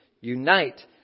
unite